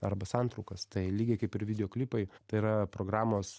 arba santraukas tai lygiai kaip ir videoklipai tai yra programos